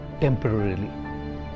temporarily